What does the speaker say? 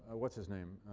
what's his name,